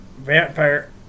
vampire